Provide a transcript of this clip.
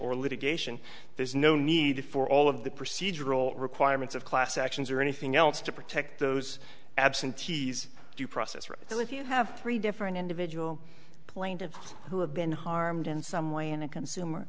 or litigation there's no need for all of the procedural requirements of class actions or anything else to protect those absentees due process rights so if you have three different individual plaintiffs who have been harmed in some way in a consumer